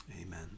amen